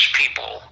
people